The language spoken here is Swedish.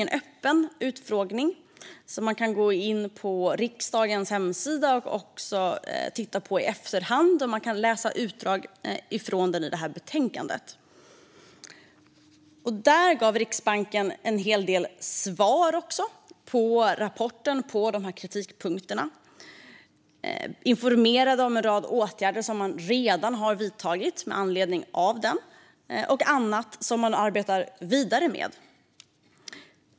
Man kan titta på den i efterhand på riksdagens hemsida, och man kan läsa utdrag ur den i detta betänkande. Riksbanken gav där en hel del svar utifrån rapporten och de här kritikpunkterna. Man informerade om en rad åtgärder som man redan har vidtagit med anledning av den och om annat som man arbetar vidare med.